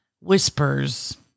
whispers